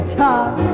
talk